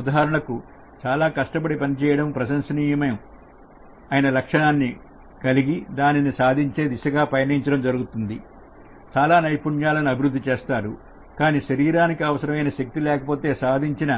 ఉదాహరణకు చాలా కష్టపడి పనిచేయడం ప్రశంసనీయం అయిన లక్ష్యాన్ని కలిగి దానిని సాధించే దిశగా పయనించడం జరుగుతుంది చాలా నైపుణ్యాలను అభివృద్ధి చేస్తారు కానీ శరీరానికి అవసరమైన శక్తి లేకపోతే సాధించిన